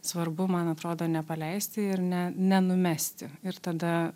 svarbu man atrodo nepaleisti ir ne nenumesti ir tada